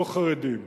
לא חרדים,